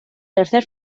tercer